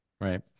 right